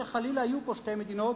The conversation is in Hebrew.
לכשחלילה יהיו פה שתי מדינות,